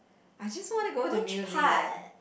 I just want to go to New Zealand